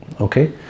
Okay